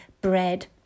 bread